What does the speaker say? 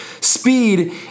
speed